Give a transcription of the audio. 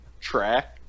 track